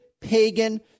pagan